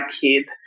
kid